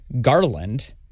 Garland